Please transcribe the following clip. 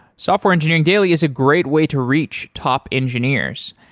software engineering daily is a great way to reach top engineers.